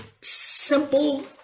simple